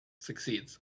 succeeds